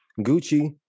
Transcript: Gucci